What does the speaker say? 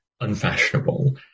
unfashionable